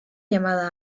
llamada